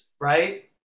Right